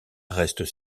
restent